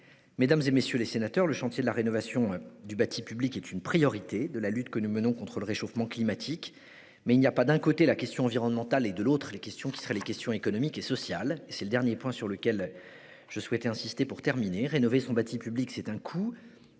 Mesdames, messieurs les sénateurs, le chantier de rénovation du bâti public est une priorité de la lutte que nous menons contre le réchauffement climatique. Mais il n'y a pas, d'un côté, la question environnementale, et, de l'autre, les questions économiques et sociales. C'est le dernier point sur lequel je souhaiterais insister : la rénovation du bâti public a un coût,